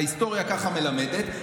ההיסטוריה ככה מלמדת,